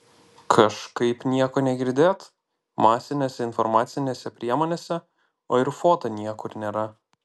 kažkaip nieko negirdėt masinėse informacinėse priemonėse o ir foto niekur nėra